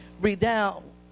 redound